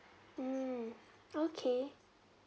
mm okay